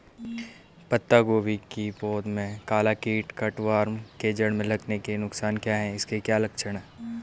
पत्ता गोभी की पौध में काला कीट कट वार्म के जड़ में लगने के नुकसान क्या हैं इसके क्या लक्षण हैं?